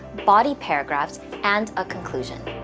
body paragraphs and a conclusion.